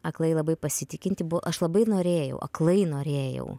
aklai labai pasitikinti buvau aš labai norėjau aklai norėjau